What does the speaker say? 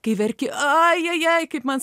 kai verki aja jai kaip man